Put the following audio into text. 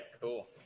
cool